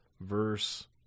Verse